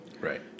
Right